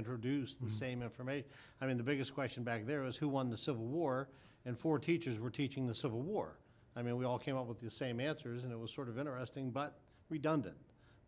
reintroduce the same information i mean the biggest question back there was who won the civil war and for teachers we're teaching the civil war i mean we all came up with the same answers and it was sort of interesting but redundant